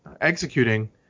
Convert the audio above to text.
executing